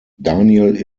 daniel